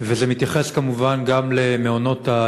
וזה מתייחס כמובן גם למעונות-היום,